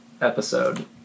episode